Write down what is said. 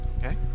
Okay